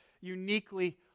uniquely